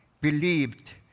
believed